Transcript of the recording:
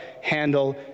handle